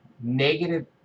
negative